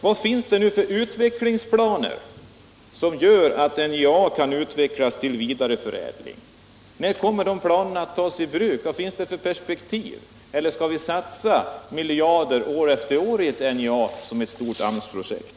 Vilka utvecklingsplaner finns nu som gör att NJA kan utvecklas till vidareförädling? När kommer de planerna att tas i bruk? Vad finns det för perspektiv? Skall vi satsa miljarder år efter år i NJA som ett stort AMS-projekt?